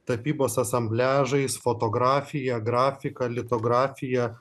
tapybos asambliažais fotografija grafika litografija